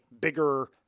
bigger